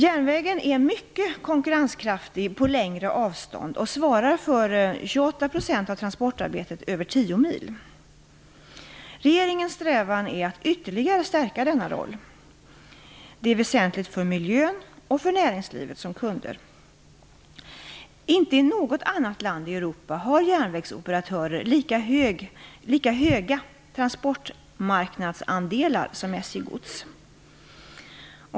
Järnvägen är mycket konkurrenskraftig på längre avstånd och svarar för 28 % av transportarbetet över 10 mil. Regeringens strävan är att ytterligare stärka denna roll. Det är väsentligt för miljön och för näringslivet som kunder. Inte i något annat land i Europa har järnvägsoperatörer lika höga transportmarknadsandelar som SJ Gods.